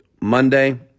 Monday